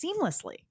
seamlessly